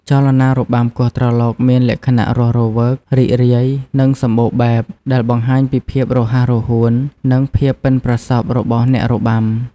ចលនារបាំគោះត្រឡោកមានលក្ខណៈរស់រវើក រីករាយ និងសម្បូរបែប ដែលបង្ហាញពីភាពរហ័សរហួន និងភាពប៉ិនប្រសប់របស់អ្នករបាំ។